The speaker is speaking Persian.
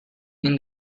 این